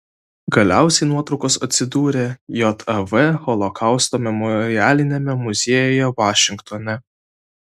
galiausiai nuotraukos atsidūrė jav holokausto memorialiniame muziejuje vašingtone